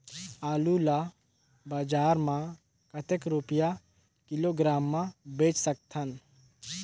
आलू ला बजार मां कतेक रुपिया किलोग्राम म बेच सकथन?